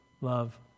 love